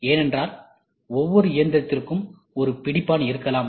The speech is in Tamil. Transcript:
ஏனென்றால் ஒவ்வொரு இயந்திரத்திற்கும் ஒரு பிடிப்பான் இருக்கலாம்